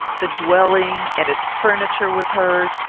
the dwelling and its furniture was hers,